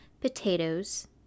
potatoes